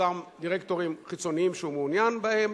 אותם דירקטורים חיצוניים שהוא מעוניין בהם,